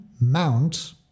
mount